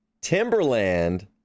Timberland